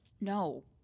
No